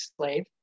slave